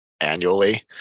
annually